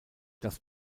das